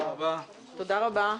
תודה רבה,